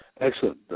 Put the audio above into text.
Excellent